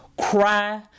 Cry